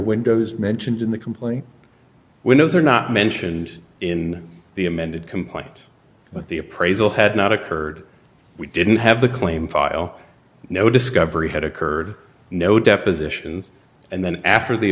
windows mentions in the complaint windows were not mentioned in the amended complaint but the appraisal had not occurred we didn't have the claim file no discovery had occurred no depositions and then after the